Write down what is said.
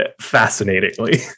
fascinatingly